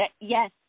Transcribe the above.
Yes